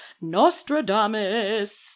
Nostradamus